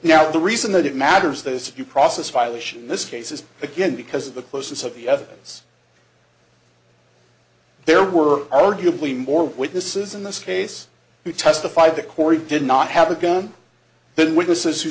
now the reason that it matters this if you process violation in this case is again because of the closeness of the evidence there were arguably more witnesses in this case who testified the court did not have a gun than witnesses who